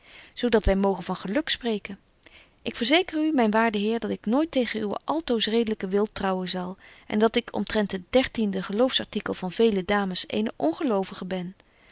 dat wy mogen van geluk spreken ik verzeker u myn waarde heer dat ik nooit tegen uwen altoos redelyken wil trouwen zal en dat ik omtrent het xiiide geloofsartikel van vele dames eene ongelovige ben